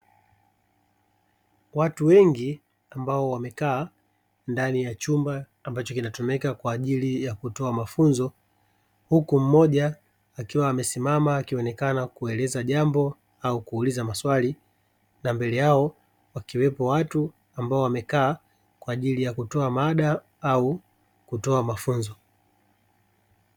Watu wengi ambao wamekaa ndani ya chumba ambacho kinatumika kwa ajili ya kutoa mafunzo, huku mmoja akiwa amesimama akionekana kueleza jambo au kuuliza maswali, na mbele yao wakiwepo watu ambao wamekaa kwa ajili ya kutoa mada au kutoa mafunzo.